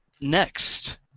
Next